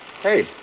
hey